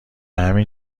همین